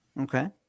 Okay